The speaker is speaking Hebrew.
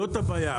זאת הבעיה.